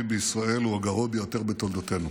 בישראל הוא הגרוע ביותר בתולדותינו.